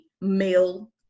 male